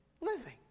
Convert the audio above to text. living